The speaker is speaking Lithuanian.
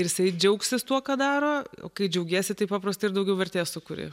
jisai džiaugsis tuo ką daro kai džiaugiesi taip paprastai ir daugiau vertės sukuri